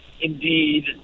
indeed